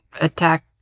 attack